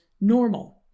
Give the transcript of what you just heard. normal